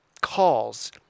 calls